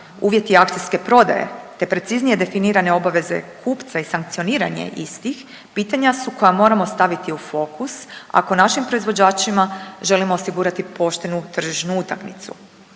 uvjeti akcijske prodaje, te preciznije definirane obaveze kupca i sankcioniranje istih, pitanja su koja moramo staviti u fokus ako našim proizvođačima želimo osigurati poštenu tržišnu utakmicu.